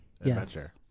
Adventure